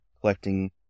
collecting